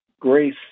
grace